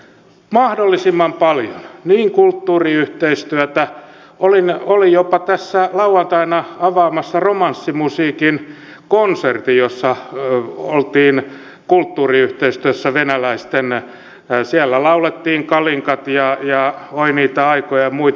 mahdollisimman paljon kulttuuriyhteistyötä olin jopa tässä lauantaina avaamassa romanssimusiikin konsertin jossa oltiin kulttuuriyhteistyössä venäläisten kanssa siellä laulettiin kalinkat ja oi niitä aikoja ja muita